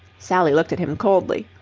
sally looked at him coldly.